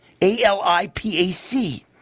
ALIPAC